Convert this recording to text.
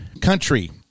country